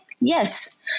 Yes